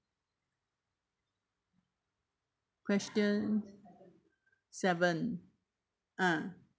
question seven ah